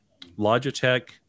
Logitech